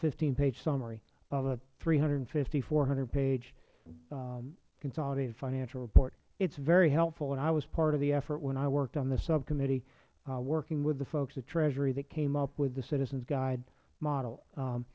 fifteen page summary of a three hundred and fifty four hundred page consolidated financial report it is very helpful and i was part of the effort when i worked on the subcommittee working with the folks at treasury that came up with the citizens guide model